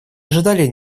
ожидали